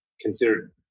considered